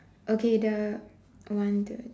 okay the one two